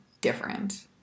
different